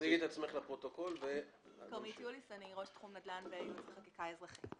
אני ראש תחום נדל"ן בייעוץ חקיקה אזרחי.